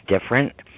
different